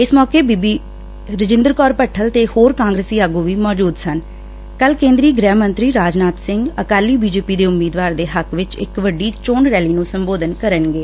ਇਸ ਮੌਕੇ ਬੀਬੀ ਰਜਿੰਦਰ ਕੌਰ ਭੱਠਲ ਤੇ ਹੋਰ ਕਾਂਗਰਸੀ ਆਗੁ ਵੀ ਮੌਜੁਦ ਸਨ ਕੱਲੂ ਕੇਦਰੀ ਗ੍ਹਿ ਮੰਤਰੀ ਰਾਜਨਾਥ ਸਿੰਘ ਅਕਾਲੀ ਬੀਜੇਪੀ ਦੇ ਉਮੀਦਵਾਰ ਦੇ ਹੱਕ ਚ ਇਕ ਵੱਡੀ ਚੋਣ ਰੈਲੀ ਨੂੰ ਸੰਬੋਧਨ ਕਰਨਗੇ